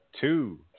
two